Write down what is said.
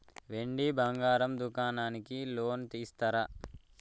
వెండి బంగారం దుకాణానికి లోన్ ఇస్తారా?